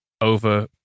over